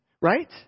Right